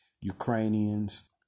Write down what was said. Ukrainians